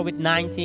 COVID-19